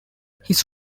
his